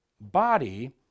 body